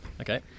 Okay